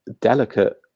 delicate